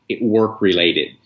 work-related